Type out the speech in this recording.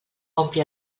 ompli